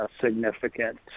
significant